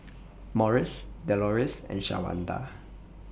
Morris Doloris and Shawanda